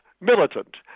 militant